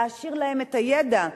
להעשיר להם את הידע.